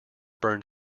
burned